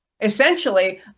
essentially